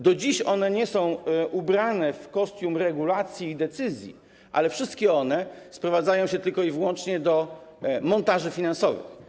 Do dziś nie są one ubrane w kostium regulacji i decyzji, ale wszystkie sprowadzają się tylko i wyłącznie do montaży finansowych.